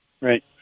Right